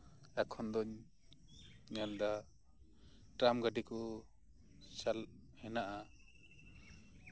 ᱮᱠᱷᱚᱱ ᱫᱚᱧ ᱧᱮᱞ ᱫᱟ ᱴᱨᱟᱢ ᱜᱟᱹᱰᱤ ᱠᱚ ᱦᱮᱱᱟᱜᱼᱟ